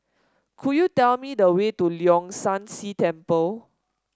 could you tell me the way to Leong San See Temple